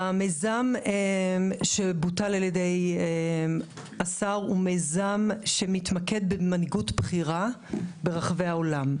המיזם שבוטל על-ידי השר הוא מיזם שמתמקד במנהיגות בכירה ברחבי העולם,